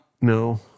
No